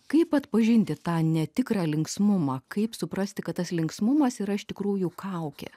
kaip atpažinti tą netikrą linksmumą kaip suprasti kad tas linksmumas yra iš tikrųjų kaukė